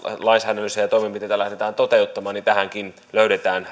lainsäädännöllisiä toimenpiteitä lähdetään toteuttamaan tähänkin löydetään